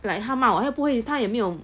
like 他骂我他也不会他也没有